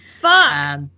Fuck